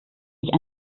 nicht